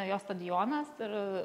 jos stadionas ir